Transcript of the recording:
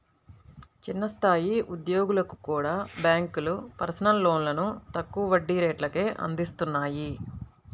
చిన్న స్థాయి ఉద్యోగులకు కూడా బ్యేంకులు పర్సనల్ లోన్లను తక్కువ వడ్డీ రేట్లకే అందిత్తన్నాయి